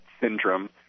syndrome